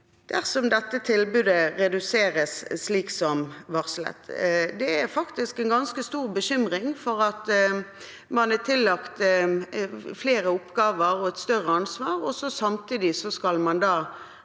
dersom dette tilbudet reduseres slik som varslet. Det er faktisk en ganske stor bekymring for at man har tillagt dem flere oppgaver og et større ansvar, og samtidig skal man da